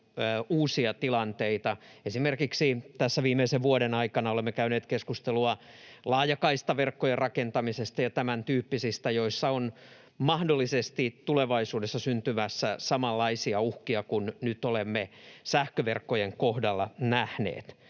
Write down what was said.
uusia tilanteita. Esimerkiksi tässä viimeisen vuoden aikana olemme käyneet keskustelua laajakaistaverkkojen rakentamisesta ja tämäntyyppisistä, joissa on mahdollisesti tulevaisuudessa syntymässä samanlaisia uhkia kuin nyt olemme sähköverkkojen kohdalla nähneet.